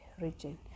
region